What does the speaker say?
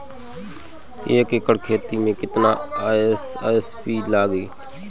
एक एकड़ खेत मे कितना एस.एस.पी लागिल?